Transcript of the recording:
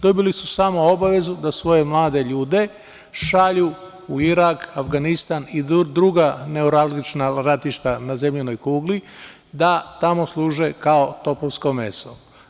Dobili su samo obavezu da svoje mlade ljude šalju u Irak, Avganistan i druga ratišta na zemljinoj kugli da tamo služe kao topovsko meso.